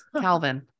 Calvin